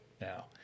now